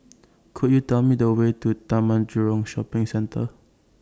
Could YOU Tell Me The Way to Taman Jurong Shopping Centre